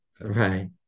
Right